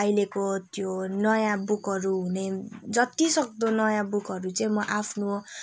अहिलेको त्यो नयाँ बुकहरू हुने जतिसक्दो नयाँ बुकहरू चाहिँ म आफ्नो